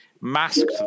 masked